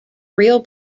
real